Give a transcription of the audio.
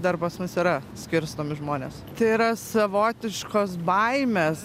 dar pas mus yra skirstomi žmonės tai yra savotiškos baimės